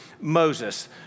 Moses